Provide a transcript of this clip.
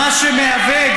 מה שמהווה,